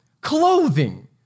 clothing